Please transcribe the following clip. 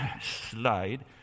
slide